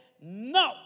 No